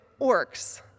orcs